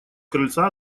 крыльца